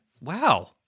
wow